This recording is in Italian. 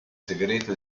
segreto